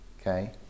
Okay